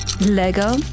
Lego